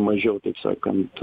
mažiau taip sakant